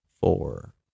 four